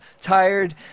tired